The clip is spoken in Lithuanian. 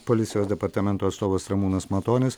policijos departamento atstovas ramūnas matonis